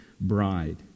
bride